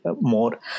more